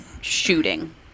shooting